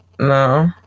No